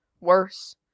worse